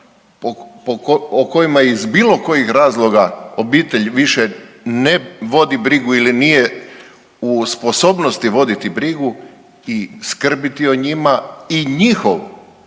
o kojima iz bilo kojih razloga obitelj više ne vodi brigu ili nije u sposobnosti voditi brigu i skrbiti o njima i njihovu